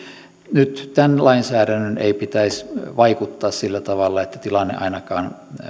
nyt tämän lainsäädännön ei pitäisi vaikuttaa sillä tavalla että tilanne ainakaan